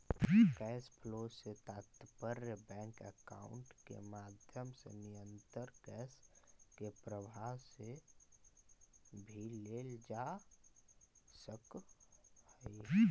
cash flow से तात्पर्य bank account के माध्यम से निरंतर कैश के प्रवाह से भी लेल जा सकऽ हई